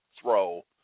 throw